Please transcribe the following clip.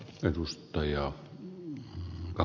herra puhemies